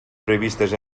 previstes